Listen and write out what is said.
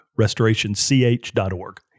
Restorationch.org